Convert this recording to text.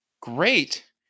great